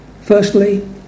Firstly